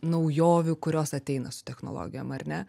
naujovių kurios ateina su technologijom ar ne